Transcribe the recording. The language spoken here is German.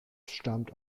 stammt